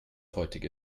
heutige